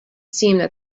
seemed